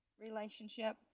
relationship